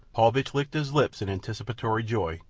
paulvitch licked his lips in anticipatory joy,